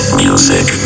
music